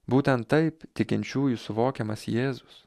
būtent taip tikinčiųjų suvokiamas jėzus